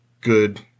good